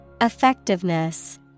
Effectiveness